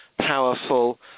powerful